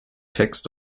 text